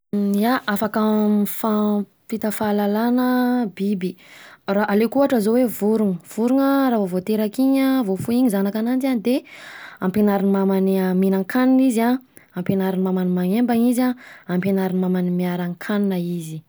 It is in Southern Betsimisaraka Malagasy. Ia, afaka mifampita fahalalana biby, raha, aleko ohatra zao hoe vorona, vorona raha vao teraka iny vao foy iny zanaka ananjy de ampianarin’ny mamany mihinankanina izy an, ampianarin’ny mamany manembana izy an, ampianarin’ny mamany miharan-kanina izy.